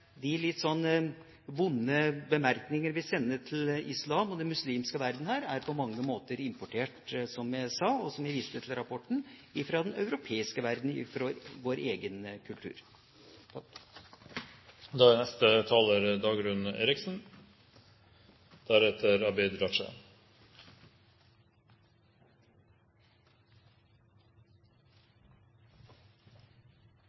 de litt vonde bemerkningene vi sender til islam og den muslimske verden her, på mange måter er importert, som jeg sa, og som vist til i rapporten, fra den europeiske verden – fra vår egen kultur.